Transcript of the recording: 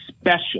special